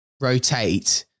rotate